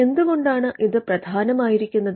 എന്തുകൊണ്ടാണ് ഇത് പ്രധാനമായിരിക്കുന്നത്